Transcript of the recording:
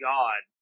God